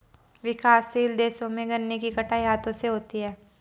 विकासशील देशों में गन्ने की कटाई हाथों से होती है